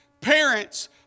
parents